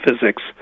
physics